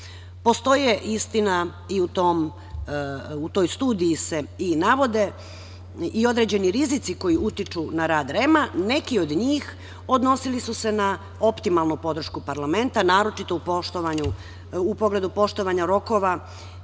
istina i u toj studiji se i navode i određeni rizici koji utiču na rad REM-a. Neki od njih odnosili su se na optimalnu podršku parlamenta, naročito u pogledu poštovanja rokova